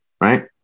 right